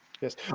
Yes